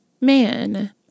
man